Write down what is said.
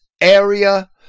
area